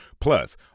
Plus